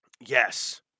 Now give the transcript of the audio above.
Yes